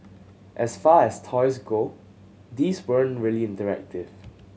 as far as toys go these weren't really interactive